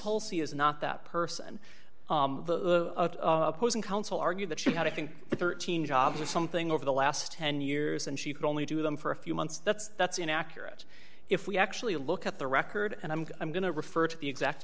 holsey is not that person the opposing counsel argued that she had to think thirteen jobs or something over the last ten years and she could only do them for a few months that's that's inaccurate if we actually look at the record and i'm going to refer to the exact